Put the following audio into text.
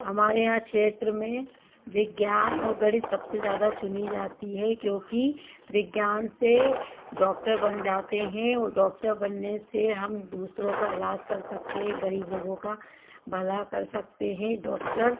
हमारे यहाँ क्षेत्र में विज्ञान और गणित सबसे ज़्यादा चुनी जाती है क्योंकि विज्ञान से डॉक्टर बन जाते हैं और डॉक्टर बनने से हम दूसरों का इलाज़ कर सकते है गरीब लोगों का भला कर सकते हैं डॉक्टर